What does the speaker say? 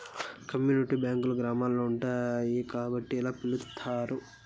community బ్యాంకులు గ్రామాల్లో ఉంటాయి కాబట్టి ఇలా పిలుత్తారు